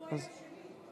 הוא היה שני.